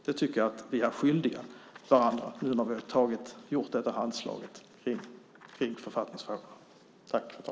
Det tycker jag att vi är skyldiga varandra nu när vi har gjort detta handslag kring författningsfrågorna.